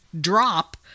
drop